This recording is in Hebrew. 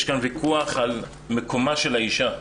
יש כאן ויכוח על מקומה של האישה,